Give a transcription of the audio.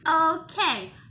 Okay